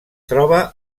troba